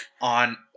On